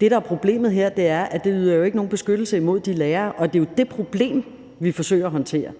Det, der er problemet her, er, at det ikke yder nogen beskyttelse af de lærere, og det er jo det problem, vi forsøger at håndtere,